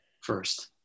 first